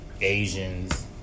Asians